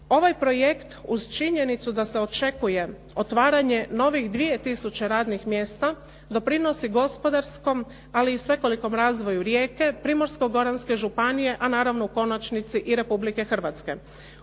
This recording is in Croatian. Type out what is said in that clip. Ovaj projekt uz činjenicu da se očekuje otvaranje novih 2000 radnih mjesta doprinosi gospodarskom ali i svekolikom razvoju Rijeke, Primorsko-goranske županije a naravno u konačnici i Republike Hrvatske.